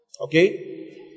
Okay